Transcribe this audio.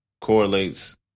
correlates